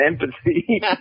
empathy